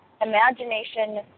imagination